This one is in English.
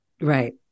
Right